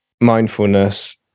mindfulness